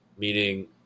Meaning